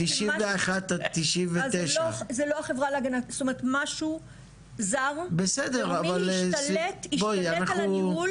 בין 1991-1997. משהו זר השתלט על הניהול-